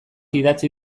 idatzi